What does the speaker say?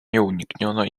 nieunikniona